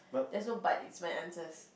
that's so but is my answers